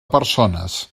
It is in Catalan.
persones